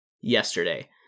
yesterday